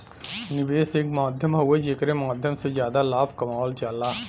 निवेश एक माध्यम हउवे जेकरे माध्यम से जादा लाभ कमावल जाला